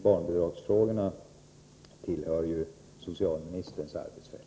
Barnbidragsfrågorna tillhör socialministerns arbetsfält.